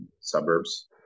suburbs